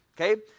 okay